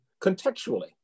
contextually